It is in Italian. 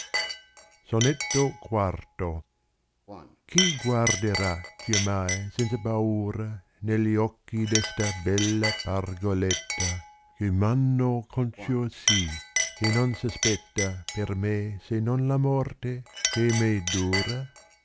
sonetto iv c hi guarderà giammai senza panra negli occhi d està bella pargoletta che m hanno concio sì che non aspetta per me se non la morte che m è dura